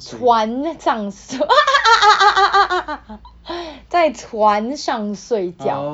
船上睡 在船上睡觉